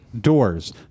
doors